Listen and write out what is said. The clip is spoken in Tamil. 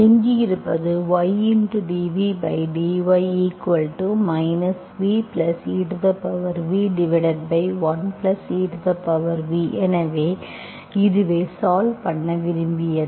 எஞ்சியிருப்பது ydvdy vev1ev எனவே இதுவே சால்வ் பண்ண விரும்பியது